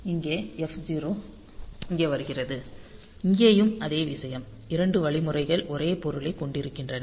அந்த f0 இங்கே வருகிறது இங்கேயும் அதே விஷயம் இரண்டு வழிமுறைகள் ஒரே பொருளைக் கொண்டிருக்கின்றன